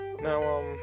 now